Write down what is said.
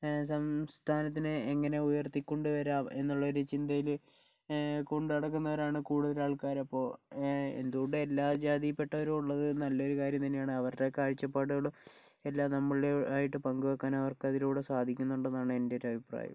സംസ്ഥാനത്തിനെ എങ്ങനെ ഉയർത്തിക്കൊണ്ടു വരാം എന്നുള്ള ഒരു ചിന്തയിൽ കൊണ്ട് നടക്കുന്നവരാണ് കൂടുതലും ആൾക്കാരും അപ്പോൾ എന്തുകൊണ്ടും എല്ലാ ജാതിയിൽപ്പെട്ടവരും ഉള്ളത് നല്ലൊരു കാര്യം തന്നെയാണ് അവരുടെ കാഴ്ചപ്പാടുകളും എല്ലാം നമ്മളിലൂടെ ആയിട്ട് പങ്കുവെയ്ക്കാൻ അവർക്ക് അതിലൂടെ സാധിക്കുന്നുണ്ട് എന്നതാണ് എൻ്റെ ഒരു അഭിപ്രായം